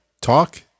talk